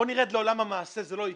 בוא נרד לעולם המעשה זה לא יקרה.